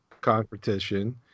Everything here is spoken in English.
competition